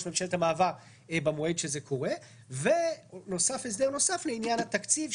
ממשלת המעבר במועד שזה קורה; ומתווסף הסדר נוסף לעניין התקציב,